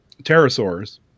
pterosaurs